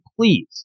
please